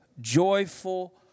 Joyful